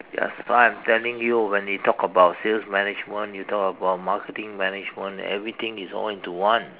ya fun telling you when they talk about sale management you talk about marketing management everything is all into one